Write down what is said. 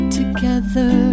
together